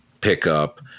pickup